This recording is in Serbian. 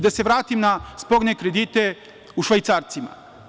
Da se vratim na sporne kredite u švajcarcima.